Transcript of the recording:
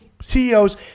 CEOs